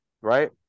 right